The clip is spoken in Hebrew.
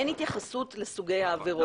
כן, אבל אין התייחסות לסוגי העבירות.